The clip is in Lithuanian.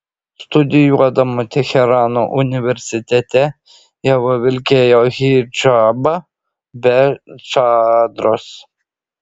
studijuodama teherano universitete ieva vilkėjo hidžabą be čadros